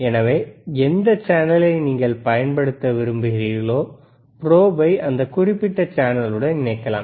எனவே எந்த சேனலை நீங்கள் பயன்படுத்த விரும்புகிறீர்களோ ப்ரோபை அந்த குறிப்பிட்ட சேனலுடன் இணைக்கலாம்